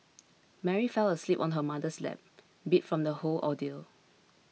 Mary fell asleep on her mother's lap beat from the whole ordeal